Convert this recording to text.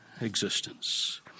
existence